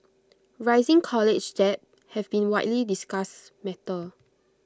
rising college debt has been A widely discussed matter